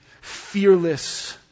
fearless